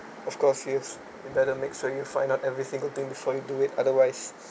of course if you better make sure you find out every single thing before you do it otherwise